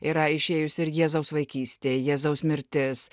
yra išėjus ir jėzaus vaikystė jėzaus mirtis